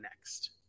next